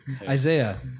Isaiah